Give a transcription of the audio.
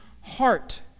heart